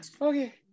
okay